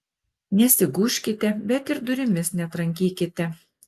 nesigūžkite bet ir durimis netrankykite